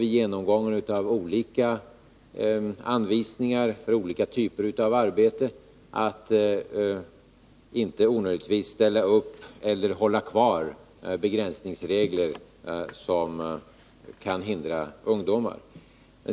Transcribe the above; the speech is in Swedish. Vid genomgången av anvisningar för olika typer av arbete uppmärksammas detta ingående — att man inte onödigtvis ställer upp eller håller kvar begränsningsregler som kan hindra ungdomar.